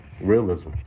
realism